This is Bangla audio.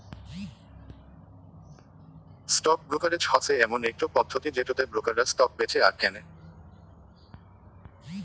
স্টক ব্রোকারেজ হসে এমন একটো পদ্ধতি যেটোতে ব্রোকাররা স্টক বেঁচে আর কেনে